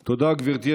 תודה, גברתי.